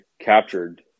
captured